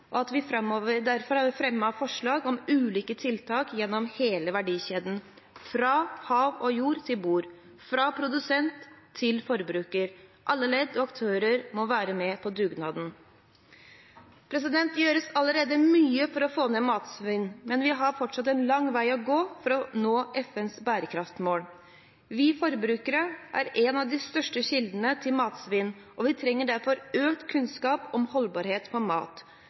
at det er nok. Vi har derfor fremmet forslag med ulike tiltak gjennom hele verdikjeden – fra hav og jord til bord, fra produsent til forbruker. Alle ledd og aktører må være med på dugnaden. Det gjøres allerede mye for å få ned matsvinnet, men vi har fortsatt en lang vei å gå for å nå FNs bærekraftsmål. Vi forbrukere er en av de største kildene til matsvinn, og vi trenger derfor økt kunnskap om holdbarhet på mat,